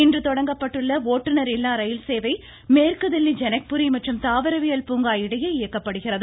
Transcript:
இன்று தொடங்கப்பட்டுள்ள ஓட்டுநர் இல்லா ரயில்சேவை மேற்கு தில்லி ஜனக்புரி மற்றும் தாவரவியல் பூங்கா இடையே இயக்கப்படுகிறது